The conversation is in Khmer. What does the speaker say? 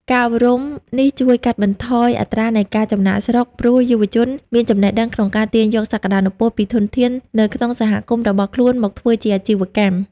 ការអប់រំនេះជួយកាត់បន្ថយអត្រានៃការចំណាកស្រុក ព្រោះយុវជនមានចំណេះដឹងក្នុងការទាញយកសក្ដានុពលពីធនធាននៅក្នុងសហគមន៍របស់ខ្លួនមកធ្វើជាអាជីវកម្ម។